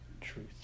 truth